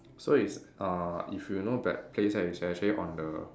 so it's uh if you know that place right which actually on the